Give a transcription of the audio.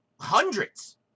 hundreds